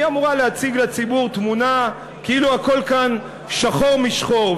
אמורה להציג לציבור תמונה כאילו הכול כאן שחור משחור,